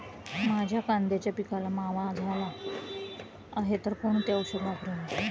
माझ्या कांद्याच्या पिकाला मावा झाला आहे तर कोणते औषध वापरावे?